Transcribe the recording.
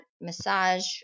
Massage